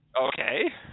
Okay